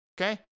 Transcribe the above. okay